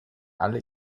alle